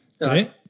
Right